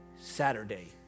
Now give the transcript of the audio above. Saturday